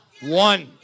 One